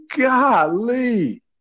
Golly